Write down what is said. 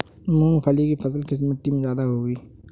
मूंगफली की फसल किस मिट्टी में ज्यादा होगी?